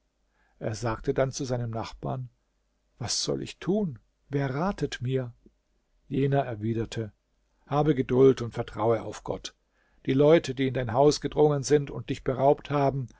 er sagte dann zu seinem nachbarn was soll ich tun wer ratet mir jener erwiderte habe geduld und vertraue auf gott die leute die in dein haus gedrungen sind und dich beraubt haben